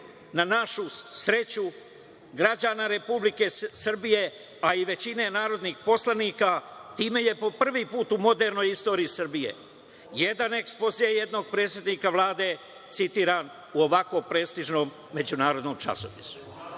na našu sreću građana Republike Srbije, a i većine narodnih poslanika, time je po prvi put u modernoj istoriji Srbije jedan ekspoze jednog predsednika Vlade citiran u ovako prestižnom međunarodnom časopisu. Ova